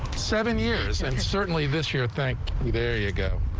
seven years and certainly this year. thank you there you go.